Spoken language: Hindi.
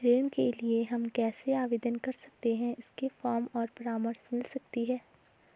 ऋण के लिए हम कैसे आवेदन कर सकते हैं इसके फॉर्म और परामर्श मिल सकती है?